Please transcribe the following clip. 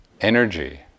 energy